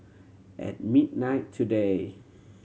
at midnight today